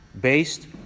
based